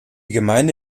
gemeinde